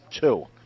two